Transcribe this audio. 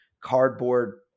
cardboard